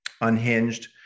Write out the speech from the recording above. unhinged